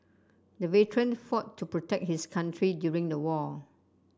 the veteran fought to protect his country during the war